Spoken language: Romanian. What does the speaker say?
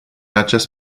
acest